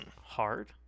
hard